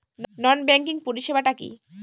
নন banking পরিষেবা টা কি?